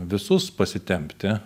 visus pasitempti